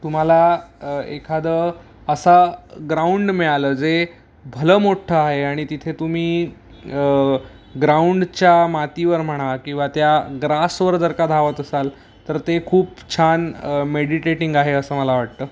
तुम्हाला एखादं असा ग्राऊंड मिळालं जे भलं मोठ्ठं आहे आणि तिथे तुम्ही ग्राउंडच्या मातीवर म्हणा किंवा त्या ग्रासवर जर का धावत असाल तर ते खूप छान मेडिटेटिंग आहे असं मला वाटतं